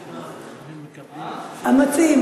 המציעים,